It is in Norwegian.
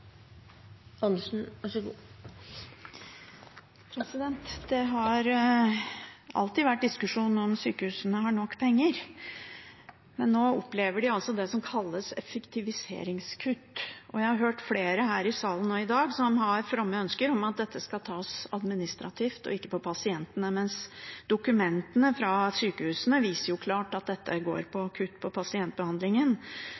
Det har alltid vært diskusjon om sykehusene har nok penger, men nå opplever de altså det som kalles effektiviseringskutt. Jeg har hørt flere her i salen nå i dag som har fromme ønsker om at dette skal tas administrativt og ikke på pasientene, mens dokumentene fra sykehusene viser klart at dette går